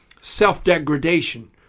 self-degradation